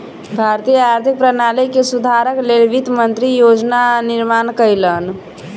भारतीय आर्थिक प्रणाली के सुधारक लेल वित्त मंत्री योजना निर्माण कयलैन